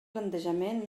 plantejament